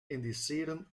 indiceren